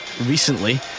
recently